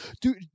Dude